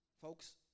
folks